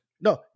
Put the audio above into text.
No